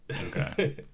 Okay